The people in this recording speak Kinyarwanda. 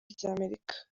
ry’amerika